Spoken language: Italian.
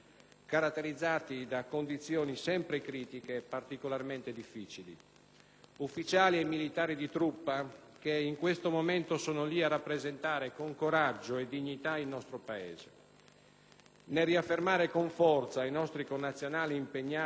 ufficiali e militari di truppa che in questo momento sono lì a rappresentare con coraggio e dignità il nostro Paese. Nel riaffermare con forza ai nostri connazionali impegnati nei diversi scenari di crisi tutta la nostra stima e tutto il nostro sostegno,